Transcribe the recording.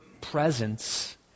presence